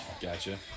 Gotcha